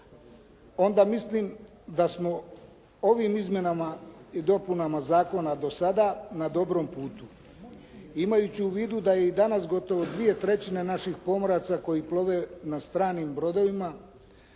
onda mislim da smo ovim izmjenama i dopunama zakona do sada na dobrom putu. Imajući u vidu da je i danas gotovo 2/3 naših pomoraca koji plove na stranim brodovima,